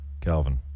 calvin